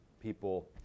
people